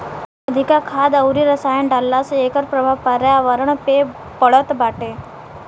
अधिका खाद अउरी रसायन डालला से एकर प्रभाव पर्यावरण पे पड़त बाटे